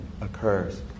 occurs